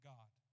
God